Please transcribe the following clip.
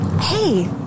Hey